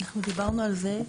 אנחנו דיברנו על זה.